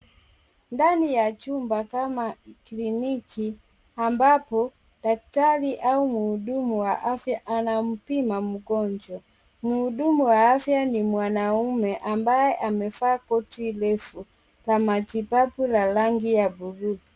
Ndani ya chumba kama kliniki ambapo daktari au mhudumu wa afya anampima mgonjwa. Mhudumu wa afya ni mwanamume ambaye amevaa koti refu la matibabu la rangi ya buluu.